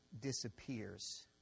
disappears